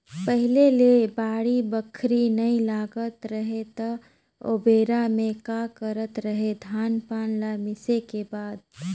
पहिले ले बाड़ी बखरी नइ लगात रहें त ओबेरा में का करत रहें, धान पान ल मिसे के बाद